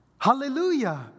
Hallelujah